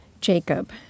Jacob